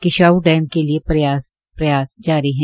Kishau dam के लिए प्रयास जारी हैं